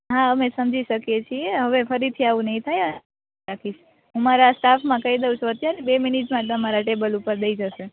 હા અમે સમજી શકીએ છીએ અવે ફરીથી આવું નઇ થાય અમારા સ્ટાફ માં કઈ દવ છું અત્યારે બે મિનિટ માં તમારા ટેબલ ઉપર દઈ જશે